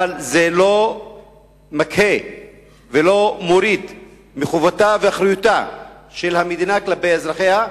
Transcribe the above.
אבל זה לא מוריד מחובתה ומאחריותה של המדינה כלפי אזרחיה,